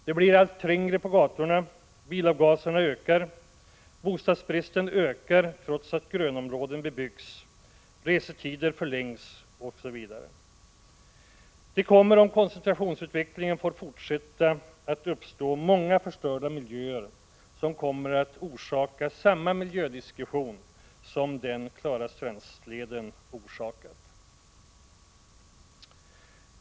Det blir allt trängre på gatorna, bilavgaserna ökar, bostadsbristen ökar trots att grönområden bebyggs, resetider förlängs osv. Det kommer, om koncentrationsutvecklingen får fortsätta, att uppstå många förstörda miljöer som kommer att orsaka samma miljödiskussion som den Klarastrandsleden har orsakat.